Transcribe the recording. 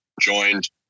joined